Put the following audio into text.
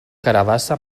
carabassa